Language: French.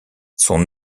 son